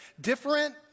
different